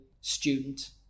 student